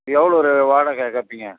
எவ்வளோ ஒரு வாடகை கேட்பீங்க